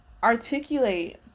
articulate